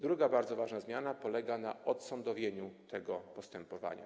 Druga bardzo ważna zmiana polega na odsądowieniu tego postępowania.